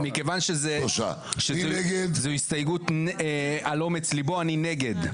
מכיוון שזו הסתייגות על אומץ ליבו אני נגד.